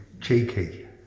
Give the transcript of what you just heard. cheeky